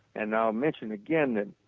and i will mention again and